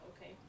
Okay